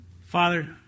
Father